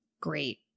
Great